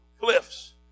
cliffs